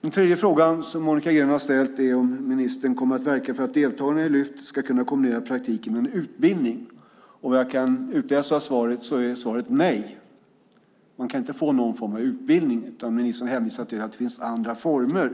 Den tredje fråga som Monica Green har ställt är om ministern kommer att verka för att deltagarna i Lyftet ska kunna kombinera praktiken med utbildning. Vad jag kan utläsa av interpellationssvaret är svaret nej på den frågan. Man kan inte få någon form av utbildning, utan ministern hänvisar till att det finns andra former.